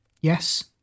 Yes